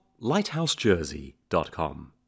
lighthousejersey.com